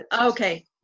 okay